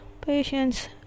patience